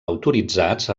autoritzats